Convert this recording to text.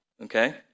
Okay